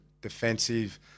defensive